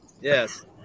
Yes